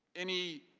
any